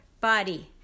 body